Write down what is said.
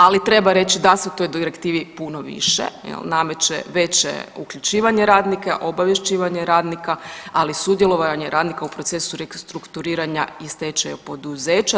Ali treba reći da se u toj direktivi nameće veće uključivanje radnika, obavješćivanje radnika ali i sudjelovanje radnika u procesu restrukturiranja i stečaja poduzeća.